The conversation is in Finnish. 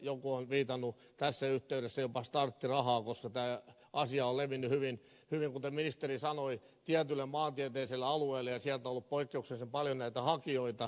joku on viitannut tässä yh teydessä jopa starttirahaan koska tämä asia on levinnyt hyvin kuten ministeri sanoi tietylle maantieteelliselle alueelle ja sieltä on ollut poikkeuksellisen paljon näitä hakijoita